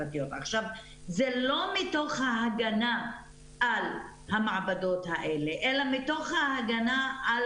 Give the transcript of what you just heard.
זה לא מתוך ההגנה על המעבדות האלה אלא מתוך ההגנה על